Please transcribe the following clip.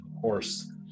horse